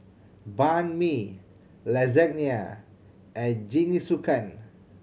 Banh Mi Lasagne and Jingisukan